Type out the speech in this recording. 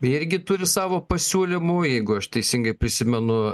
ir irgi turi savo pasiūlymų jeigu aš teisingai prisimenu